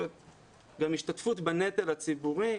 השתתפות בנטל הציבורי.